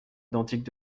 identiques